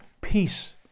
peace